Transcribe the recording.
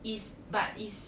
is but is